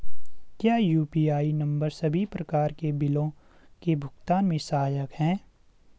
क्या UPI number सभी प्रकार के बिलों के भुगतान में सहायक हैं?